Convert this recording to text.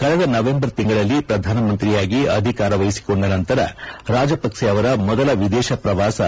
ಕಳೆದ ನವೆಂಬರ್ ತಿಂಗಳಲ್ಲಿ ಪ್ರಧಾನಮಂತ್ರಿಯಾಗಿ ಅಧಿಕಾರ ವಹಿಸಿಕೊಂಡ ನಂತರ ರಾಜಪಕ್ಸೆ ಅವರ ಮೊದಲ ವಿದೇಶ ಪ್ರವಾಸ ಇದಾಗಿದೆ